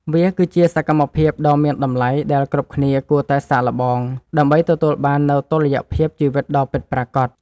វាគឺជាសកម្មភាពដ៏មានតម្លៃដែលគ្រប់គ្នាគួរតែសាកល្បង ដើម្បីទទួលបាននូវតុល្យភាពជីវិតដ៏ពិតប្រាកដ។